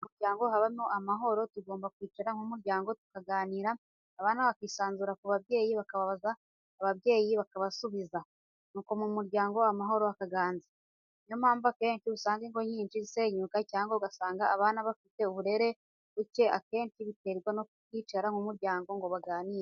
Kugira ngo mu muryango habemo amahoro tugomba kwicara nk'umuryango tukaganira, abana bakisanzura ku babyeyi bakababaza ababyeyi bakabasubiza nuko mu muryango amahoro akaganza, ni yo mpamvu akenshi usanga ingo nyinshi zisenyuka cyangwa ugasanga abana bafite uburere buke akenshi biterwa no kuticara nk'umuryango ngo baganire.